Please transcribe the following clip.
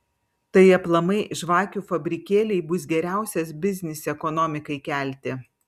tai aplamai žvakių fabrikėliai bus geriausias biznis ekonomikai kelti